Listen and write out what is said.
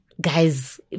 guys